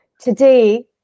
today